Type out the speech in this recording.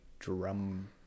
drum